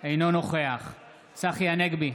אינו נוכח צחי הנגבי,